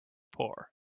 poor